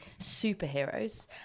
superheroes